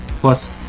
Plus